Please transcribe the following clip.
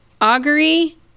augury